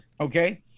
okay